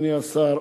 אדוני השר,